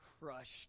crushed